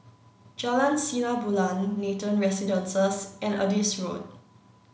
Jalan Sinar Bulan Nathan Residences and Adis Road